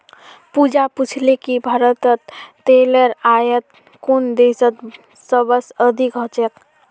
पूजा पूछले कि भारतत तेलेर आयात कुन देशत सबस अधिक ह छेक